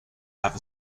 have